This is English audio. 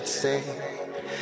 say